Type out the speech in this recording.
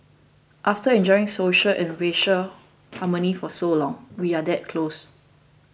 after enjoying social and racial harmony for so long we are that close